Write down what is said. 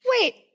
Wait